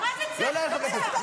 לא להעיר לחברי כנסת.